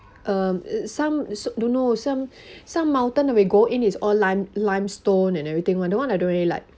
um some don't know some some mountain when you go in it's all lime~ limestone and everything [one] that one I don't really like